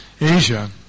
Asia